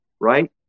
right